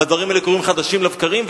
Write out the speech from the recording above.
והדברים האלה קורים חדשות לבקרים.